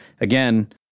again